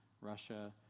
Russia